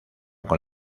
con